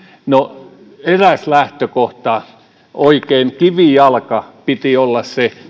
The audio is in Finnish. no eräs lähtökohta oikein kivijalka piti olla se